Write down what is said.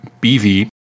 BV